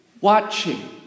watching